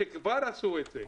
כשכבר עשו את זה,